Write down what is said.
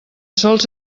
sols